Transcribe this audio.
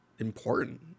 important